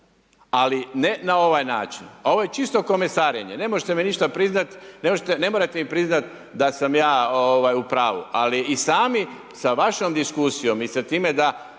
ali ne na ovaj način. Ovo je čisto komesarenje, ne morate mi priznati da sam ja u pravu ali i sami za vašom diskusijom i sa time da